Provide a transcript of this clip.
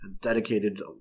dedicated